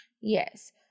Yes